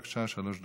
בבקשה, שלוש דקות.